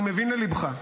אני מבין לליבך,